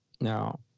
Now